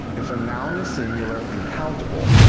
if a noun is singular and countable,